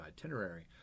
itinerary